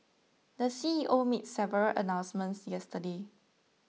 the C E O made several announcements yesterday